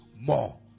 more